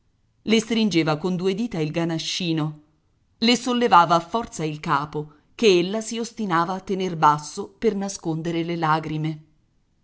le stringeva con due dita il ganascino le sollevava a forza il capo che ella si ostinava a tener basso per nascondere le lagrime